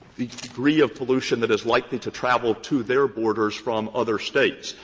the degree of pollution that is likely to travel to their borders from other states.